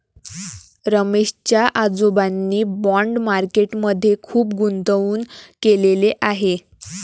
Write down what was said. रमेश च्या आजोबांनी bond market मध्ये खुप गुंतवणूक केलेले आहे